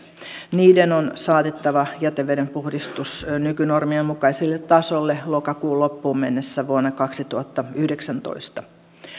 niiden on saatettava jätevedenpuhdistus nykynormien mukaiselle tasolle lokakuun loppuun mennessä vuonna kaksituhattayhdeksäntoista